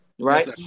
Right